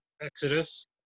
exodus